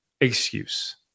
excuse